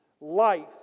life